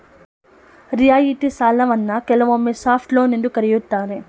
ರಿಯಾಯಿತಿ ಸಾಲವನ್ನ ಕೆಲವೊಮ್ಮೆ ಸಾಫ್ಟ್ ಲೋನ್ ಎಂದು ಕರೆಯುತ್ತಾರೆ